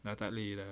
dah tak boleh dah